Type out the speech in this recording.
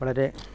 വളരെ